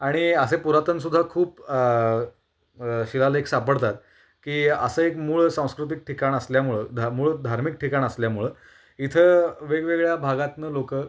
आणि असे पुरातनसुद्धा खूप शिलालेख सापडतात की असं एक मूळ सांस्कृतिक ठिकाण असल्यामुळं ध मूळ धार्मिक ठिकाण असल्यामुळं इथं वेगवेगळ्या भागातून लोकं